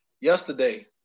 yesterday